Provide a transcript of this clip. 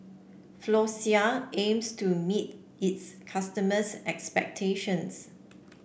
Floxia aims to meet its customers' expectations